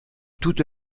toute